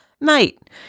mate-